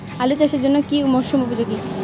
আলু চাষের জন্য কি মরসুম উপযোগী?